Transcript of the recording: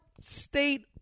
state